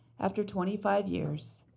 after twenty five years,